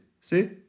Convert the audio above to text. See